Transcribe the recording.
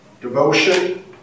devotion